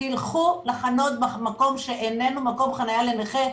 תלכו לחנות במקום שאיננו מקום חנייה לנכה.